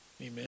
Amen